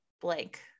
blank